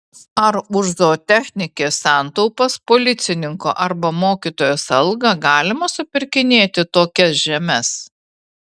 ar už zootechnikės santaupas policininko arba mokytojos algą galima supirkinėti tokias žemes